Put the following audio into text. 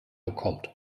bekommt